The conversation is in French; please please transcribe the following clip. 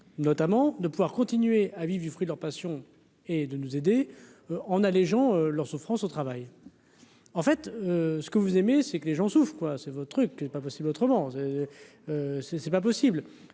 notamment de pouvoir continuer à vivre du fruit de la passion et de nous aider en allégeant leur souffrance au travail, en fait, ce que vous aimez, c'est que les gens souffrent quoi c'est votre truc n'est pas possible autrement, c'est c'est pas possible